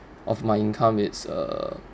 of my income it's uh